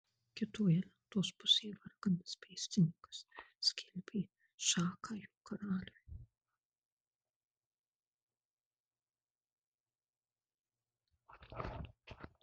kitoje lentos pusėje varganas pėstininkas skelbė šachą jo karaliui